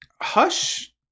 Hush